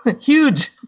Huge